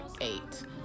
eight